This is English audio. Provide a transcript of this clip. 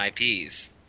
IPs